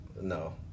No